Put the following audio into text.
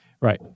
Right